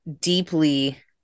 deeply